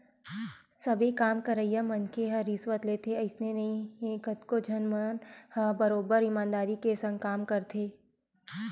सबे काम करइया मनखे ह रिस्वत लेथे अइसन नइ हे कतको झन मन ह बरोबर ईमानदारी के संग काम करथे